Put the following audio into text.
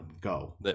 Go